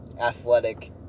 athletic